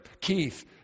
Keith